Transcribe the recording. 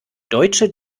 deutsche